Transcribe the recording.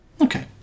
Okay